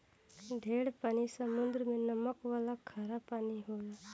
ढेर पानी समुद्र मे नमक वाला खारा पानी होला